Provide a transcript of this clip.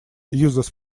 uses